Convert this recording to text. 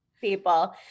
people